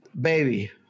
baby